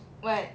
what